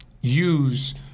use